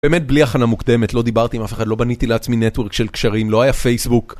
באמת, בלי הכנה מוקדמת, לא דיברתי עם אף אחד, לא בניתי לעצמי נטוורק של קשרים, לא היה פייסבוק.